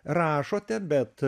rašote bet